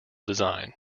design